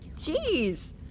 Jeez